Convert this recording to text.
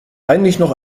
noch